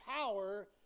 power